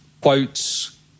quotes